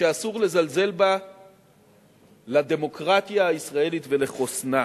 שאסור לזלזל בה לדמוקרטיה הישראלית ולחוסנה.